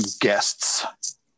guests